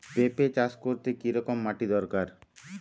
পেঁপে চাষ করতে কি রকম মাটির দরকার?